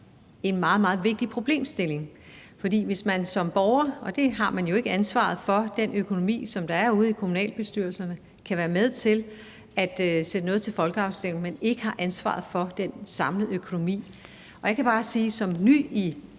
en meget, meget vigtig problemstilling. For som borger har man jo ikke ansvaret for den økonomi, der er ude i kommunalbestyrelserne, men så skal man kunne være med til at sætte noget til folkeafstemning, selv om man ikke har ansvaret for den samlede økonomi. Jeg kan bare som ny i